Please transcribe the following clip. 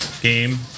game